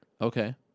Okay